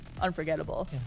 unforgettable